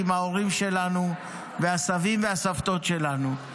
עם ההורים שלנו והסבים והסבתות שלנו.